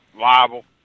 liable